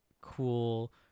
cool